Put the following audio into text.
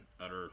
utter